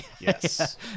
Yes